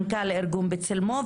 מנכ"ל ארגון בצלמו,